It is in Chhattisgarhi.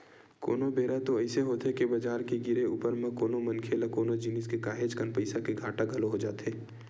कोनो बेरा तो अइसे होथे के बजार के गिरे ऊपर म कोनो मनखे ल कोनो जिनिस के काहेच कन पइसा के घाटा घलो हो जाथे